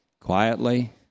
quietly